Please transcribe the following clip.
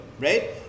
right